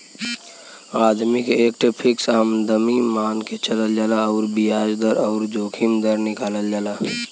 आदमी के एक ठे फ़िक्स आमदमी मान के चलल जाला अउर बियाज दर अउर जोखिम दर निकालल जाला